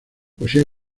poesía